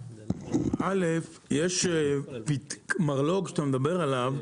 א' יש מרלו"ג שאתה מדבר עליו,